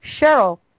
Cheryl